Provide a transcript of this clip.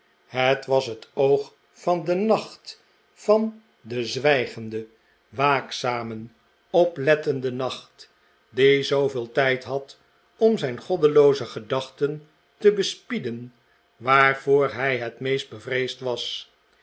het was het oog van den nacht van den zwijgenden waakzamen oplettenden nacht die zooveel tijd had om zijn goddelooze gedachten te bespieden waarvoor hij het meest bevreesd was